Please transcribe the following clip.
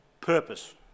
purpose